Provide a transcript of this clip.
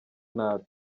nabi